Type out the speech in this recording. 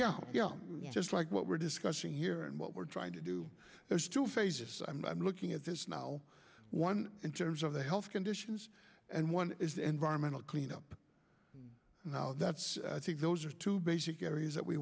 yeah yeah just like what we're discussing here and what we're trying to do there's two phases i'm looking at this now one in terms of the health conditions and one is the environmental cleanup and how that's i think those are two basic areas that we